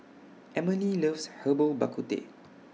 Emilie loves Herbal Bak Ku Teh